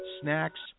snacks